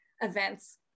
events